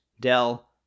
Dell